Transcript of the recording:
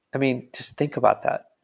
i mean, just think about that.